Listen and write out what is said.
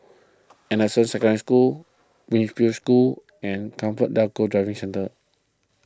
anderson Second School Wiltshire School and ComfortDelGro Driving Centre